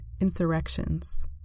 insurrections